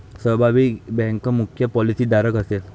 सहभागी बँक मुख्य पॉलिसीधारक असेल